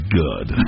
good